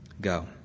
Go